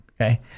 okay